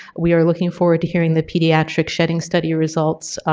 we are looking forward to hearing the pediatric shedding study results